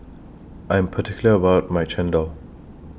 I Am particular about My Chendol